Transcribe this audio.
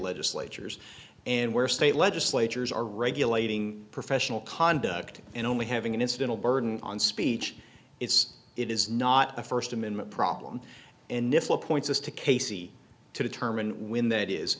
legislatures and where state legislatures are regulating professional conduct and only having an incidental burden on speech it's it is not a first amendment problem and if appoints us to casey to determine when that is